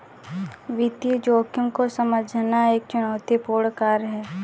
वित्तीय जोखिम को समझना एक चुनौतीपूर्ण कार्य है